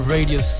Radio